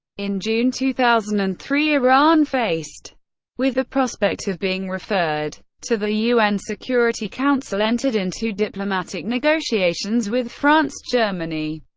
in june two thousand and three, iran faced with the prospect of being referred to the un security council entered into diplomatic negotiations with france, germany,